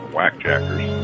Whackjackers